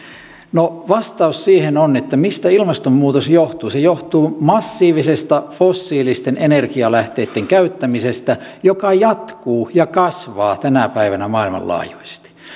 no vastaus siihen mistä ilmastonmuutos johtuu se johtuu massiivisesta fossiilisten energialähteitten käyttämisestä joka jatkuu ja kasvaa tänä päivänä maailmanlaajuisesti